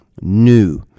new